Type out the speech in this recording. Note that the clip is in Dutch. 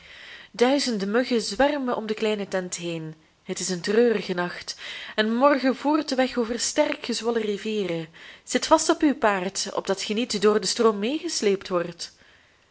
duizenden muggen zwermen om de kleine tent heen het is een treurige nacht en morgen voert de weg over sterk gezwollen rivieren zit vast op uw paard opdat ge niet door den stroom meegesleept wordt